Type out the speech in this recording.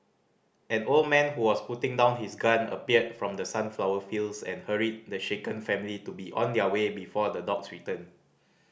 an old man who was putting down his gun appeared from the sunflower fields and hurried the shaken family to be on their way before the dogs return